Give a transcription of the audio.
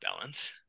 balance